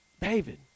David